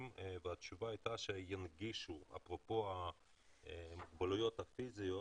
והתשובה הייתה שינגישו - אפרופו המוגבלויות הפיזיות